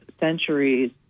centuries